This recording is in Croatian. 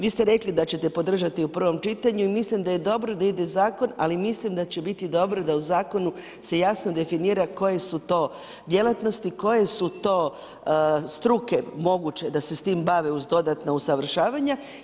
Vi ste rekli da ćete podržati u prvom čitanju i mislim da je dobro da ide zakon, ali i mislim da će biti dobro da u zakonu se jasno definira koje su to djelatnosti, koje su to struke moguće da se s time bave uz dodatna usavršavanja.